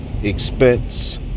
expense